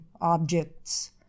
objects